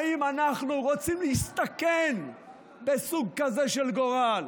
האם אנחנו רוצים להסתכן בסוג כזה של גורל?